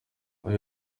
abo